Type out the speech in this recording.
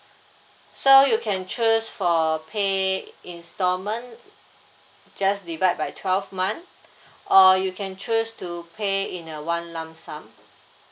so you can choose for pay instalment just divide by twelve month or you can choose to pay in a one lump sum